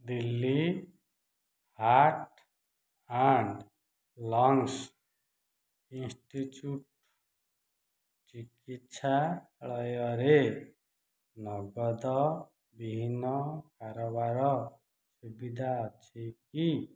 Delhi heart and lungs institute ଚିକିତ୍ସାଳୟରେ ନଗଦ ବିହୀନ କାରବାର ସୁବିଧା ଅଛି କି